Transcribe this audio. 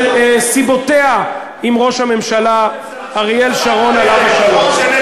עם אריאל שרון שאחראי,